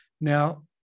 Now